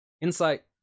Insight